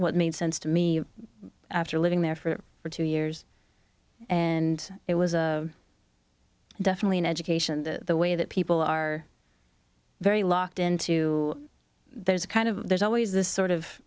what made sense to me after living there for over two years and it was definitely an education the way that people are very locked into there's a kind of there's always this sort of